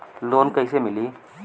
Loan कईसे मिली?